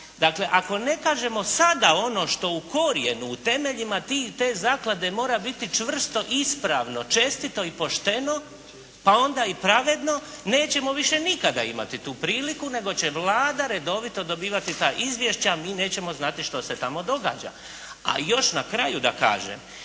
Dakle ako ne kažemo sada ono što u korijenu, u temeljima te zaklade mora biti čvrsto, ispravno, čestito i pošteno, pa onda i pravedno, nećemo više nikada imati tu priliku nego će Vlada redovito dobivati ta izvješća, mi nećemo znati što se tamo događa. Još na kraju da kažem.